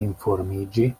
informiĝi